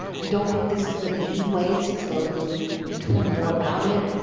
we don't think this is the main way it's exposed. we need to learn more about it.